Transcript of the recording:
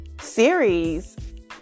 series